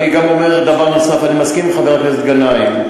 אני גם אומר דבר נוסף: אני מסכים עם חבר הכנסת גנאים.